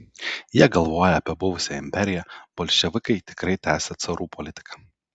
jie galvoja apie buvusią imperiją bolševikai tikrai tęsią carų politiką